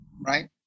right